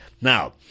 Now